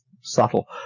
subtle